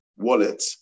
wallet